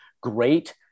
great